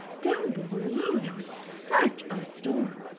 down below there was such a storm!